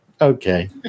Okay